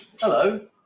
Hello